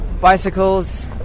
bicycles